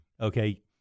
Okay